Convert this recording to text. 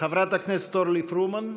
חברת הכנסת אורלי פרומן,